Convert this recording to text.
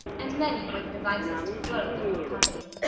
and many were the devices to clothe the little company.